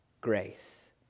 grace